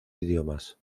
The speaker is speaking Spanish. idiomas